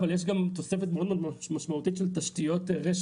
אבל יש גם תוספת מאוד משמעותית של תשתיות רשת,